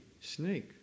snake